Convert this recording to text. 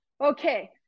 okay